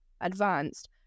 advanced